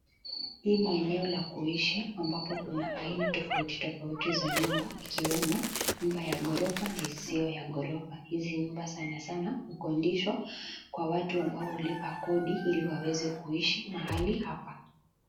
Hii ni eneo la kuishi ambapo kuna aina tofauti tofauti za nyumba ikiwemo nyumba ya ghorofa na isio ya ghorofa. Hizi nyumba sanasana hukodishwa kwa watu ambao hulipa kodi ili waeze kuishi mahali hapa.